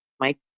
mike